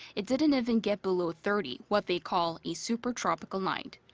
it didn't even get below thirty what they call a super tropical night.